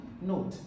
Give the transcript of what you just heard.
note